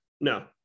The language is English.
No